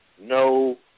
No